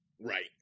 right